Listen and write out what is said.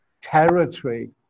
territory